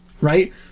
Right